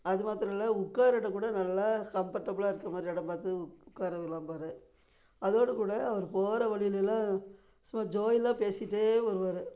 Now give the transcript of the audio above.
அது மாத்தரம் இல்லை உட்கார இடோம் கூட நல்லா கம்பர்டபுளாக இருக்கறமாதிரி இடம் பார்த்து உட்காந்துக்கலாம்பாரு அதோடு கூட அவர் போகற வழியிலெல்லாம் சும்மா ஜோவியலாக பேசிகிட்டே வருவார்